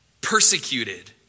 persecuted